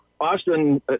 Austin